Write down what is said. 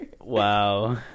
Wow